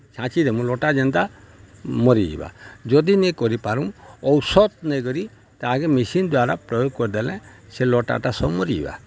ଛାଞ୍ଚି ଦେମୁୁ ଲଟା ଯେନ୍ତା ମରିଯିବା ଯଦି ନେଇ କରିପାରୁ ଔଷଧ୍ ନେଇକରି ତାହାକେ ମେସିନ୍ ଦ୍ଵାରା ପ୍ରୟୋଗ୍ କରିଦେଲେ ସେ ଲଟା ସବୁ ମରିଯିବା